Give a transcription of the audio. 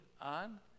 on